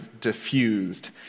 diffused